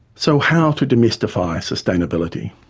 so how to demystify sustainability?